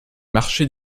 marchés